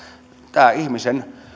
tämä ihmisen